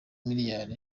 miliyari